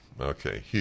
Okay